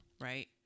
Right